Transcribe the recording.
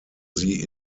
sie